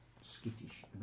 skittish